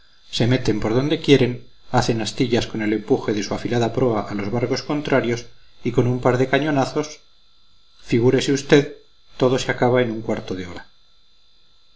se meten por donde quieren hacen astillas con el empuje de su afilada proa a los barcos contrarios y con un par de cañonazos figúrese usted todo se acababa en un cuarto de hora